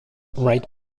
write